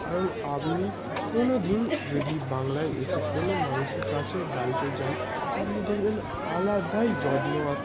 কারণ আপনি কোনো দিন যদি বাংলায় এসে কোনো মানুষের কাছে বাড়িতে যান আপনি দেখবেন আলাদাই যত্ন আ